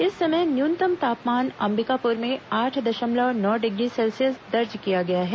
इस समय न्यूनतम तापमान अंबिकापुर में आठ दशमलव नौ डिग्री सेल्यियस दर्ज किया गया है